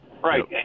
Right